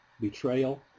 betrayal